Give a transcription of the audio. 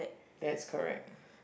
that's correct